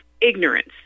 ignorance